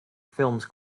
films